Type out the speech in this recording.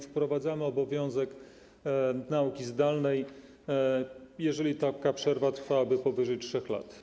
Wprowadzono obowiązek nauki zdalnej, jeżeli taka przerwa trwałaby powyżej 3 dni.